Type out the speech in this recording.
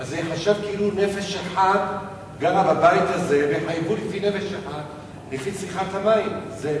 זה ייחשב שנפש אחת גרה בבית הזה ויחייבו על צריכת מים לפי נפש אחת.